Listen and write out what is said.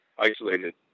isolated